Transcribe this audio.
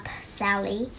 Sally